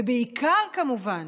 ובעיקר, כמובן,